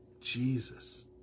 Jesus